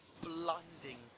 blinding